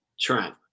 Trent